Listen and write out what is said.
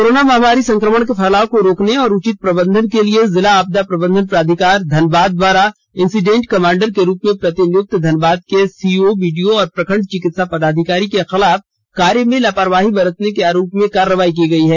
corona महामारी संक्रमण के फैलाव को रोकने और उचित प्रबंधन के लिए जिला आपदा प्रबंधन प्राधिकार धनबाद द्वारा इंसिडेंट कमांडर के रूप में प्रतिनियुक्त धनबाद के सीओ बीडीओ और प्रखंड चिकित्सा पदाधिकारी के खिलाफ कार्य में लापरवाही बरतने के आरोप में कार्रवाई की गई है